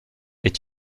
est